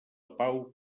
pau